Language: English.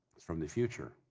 from the future.